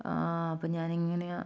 ആ അപ്പം ഞാൻ എങ്ങനെയാ